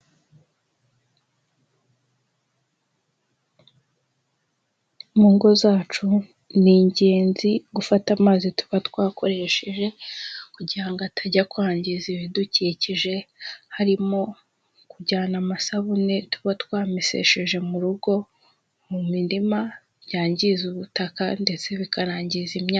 Mu ngo zacu ni ingenzi gufata amazi tuba twakoresheje kugira ngo atajya kwangiza ibidukikije harimo kujyana amasabune tuba twamesesheje mu rugo mu mirima byangiza ubutaka ndetse bikanangiza imyaka.